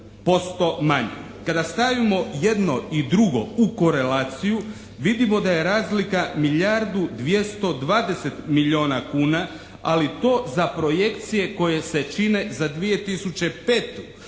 Kada stavimo jedno i drugo u korelaciju vidimo da je razlika milijardu 220 milijuna kuna, ali to za projekcije koje se čine za 2005.